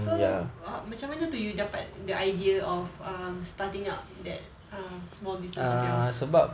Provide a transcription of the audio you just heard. so macam mana you dapat the idea of um starting up that um small business of yours